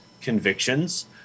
convictions